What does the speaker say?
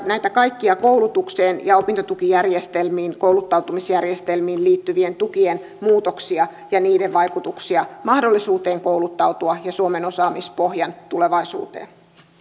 näitä kaikkia koulutukseen ja opintotukijärjestelmiin kouluttautumisjärjestelmiin liittyvien tukien muutoksia ja niiden vaikutuksia mahdollisuuteen kouluttautua ja suomen osaamispohjan tulevaisuuteen ja